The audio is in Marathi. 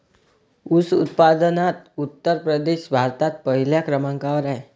ऊस उत्पादनात उत्तर प्रदेश भारतात पहिल्या क्रमांकावर आहे